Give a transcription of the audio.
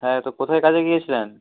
হ্যাঁ তো কোথায় কাজে গিয়েছিলেন